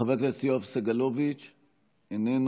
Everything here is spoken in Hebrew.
חבר הכנסת יואב סגלוביץ' איננו,